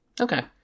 Okay